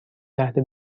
تحت